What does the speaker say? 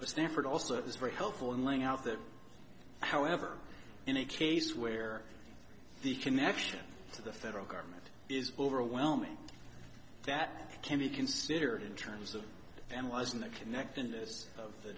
but stanford also is very helpful in laying out that however in a case where the connection to the federal government is overwhelming that can be considered in terms of and wasn't a connectedness of the